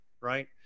right